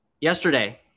Yesterday